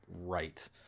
right